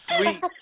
Sweet